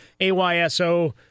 AYSO